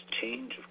change